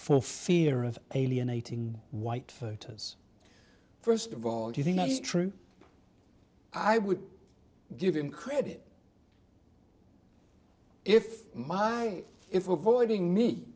for fear of alienating white voters first of all do you think that is true i would give him credit if my if avoiding me